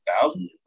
thousand